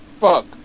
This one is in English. Fuck